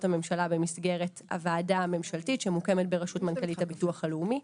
הממשלה במסגרת הוועדה הממשלתית שמוקמת בראשות מנכ"לית הביטוח הלאומי.